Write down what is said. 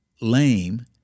lame